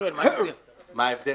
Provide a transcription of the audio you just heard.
מה ההבדל?